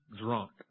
drunk